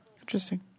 Interesting